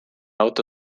auto